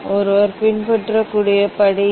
ஒருவர் பின்பற்ற வேண்டிய படி இவை